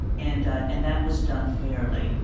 and and that was done fairly,